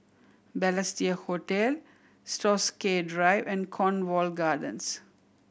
Balestier Hotel Stokesay Drive and Cornwall Gardens